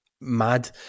mad